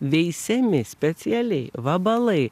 veisiami specialiai vabalai